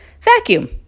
Vacuum